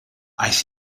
aeth